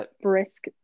brisk